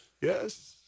Yes